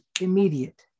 immediate